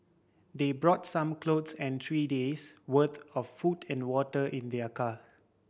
they brought some clothes and three days' worth of food and water in their car